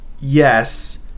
yes